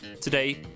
Today